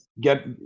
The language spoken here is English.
get